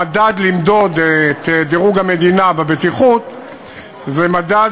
המדד לדירוג המדינה בבטיחות זה מדד